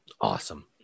awesome